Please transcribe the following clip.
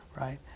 right